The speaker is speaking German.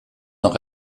noch